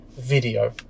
video